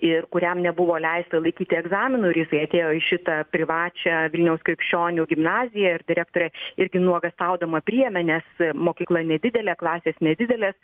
ir kuriam nebuvo leista laikyti egzaminų jisai atėjo į šitą privačią vilniaus krikščionių gimnaziją ir direktorė irgi nuogąstaudama priėmė nes mokykla nedidelė klasės nedidelės